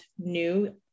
new